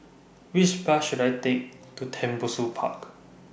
Which Bus should I Take to Tembusu Park